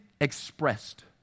expressed